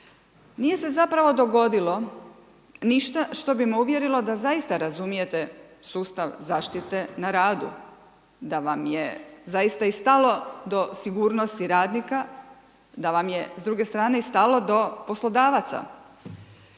Nije se zapravo dogodilo ništa što bi me uvjerilo da zaista razumijete sustav zaštite na radu, da vam je zaista i stalo do sigurnosti radnika, da vam je s druge strane i stalo do poslodavaca,